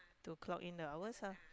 to clock in the hours ah